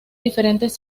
diferentes